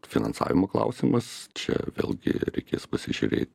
finansavimo klausimas čia vėlgi reikės pasižiūrėt